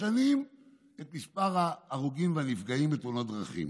מספר ההרוגים והנפגעים בתאונות הדרכים